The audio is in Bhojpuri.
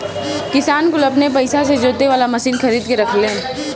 किसान कुल अपने पइसा से जोते वाला मशीन खरीद के रखेलन